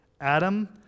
Adam